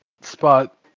spot